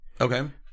Okay